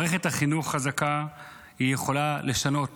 מערכת חינוך חזקה יכולה לשנות